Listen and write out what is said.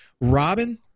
Robin